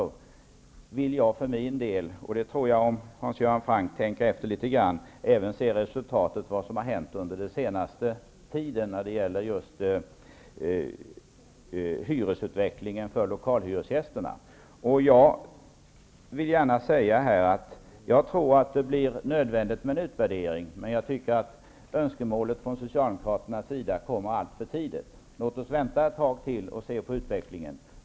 Jag tror att även Hans Göran Franck, om han tänker efter litet, vill se vad som har hänt under den senaste tiden när det gäller hyresutvecklingen för lokalhyresgästerna. Jag vill gärna säga att jag tror att det blir nödvändigt med en utvärdering. Men jag tycker att önskemålet från Socialdemokraternas sida kommer alltför tidigt. Låt oss vänta ett tag till och se på utvecklingen!